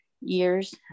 years